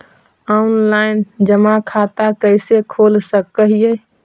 Online जमा खाता कैसे खोल सक हिय?